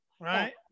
right